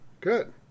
good